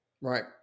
Right